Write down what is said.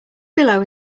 below